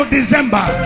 December